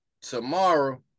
tomorrow